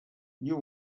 you